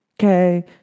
Okay